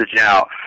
out